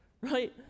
right